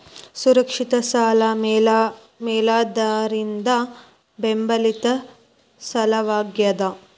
ಸುರಕ್ಷಿತ ಸಾಲ ಮೇಲಾಧಾರದಿಂದ ಬೆಂಬಲಿತ ಸಾಲವಾಗ್ಯಾದ